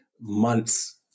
months